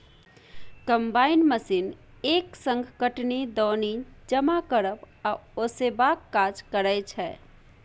combine machine एक संग कटनी, दौनी, जमा करब आ ओसेबाक काज करय छै